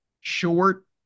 short